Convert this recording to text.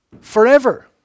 forever